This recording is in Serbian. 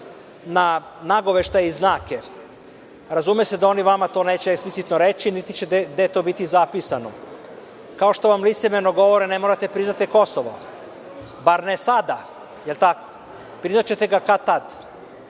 na nagoveštaje i znake. Razume se da oni vama to neće eksplicitno reći, niti će negde to biti zapisano. Kao što vam licemerno govore – ne morate priznati Kosovo. Bar ne sada. Je li tako? Priznaćete ga kad-tad.